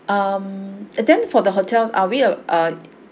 um and then for the hotels are we err uh